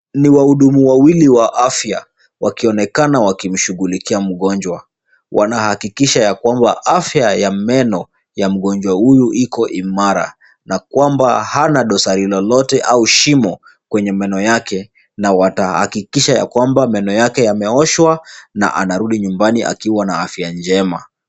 Ni wahudumu wawili wa afya wakionekana wakimshughulikia mgonjwa. Wanahakikisha ya kwamba afya ya meno ya mgonjwa huyu iko imara na kwamba hana dosari lolote au shimo kwenye meno yake na watahakikisha ya kwamba meno yake yameoshwa na anarudi nyumbani akiwa na afya njema.